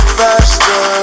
faster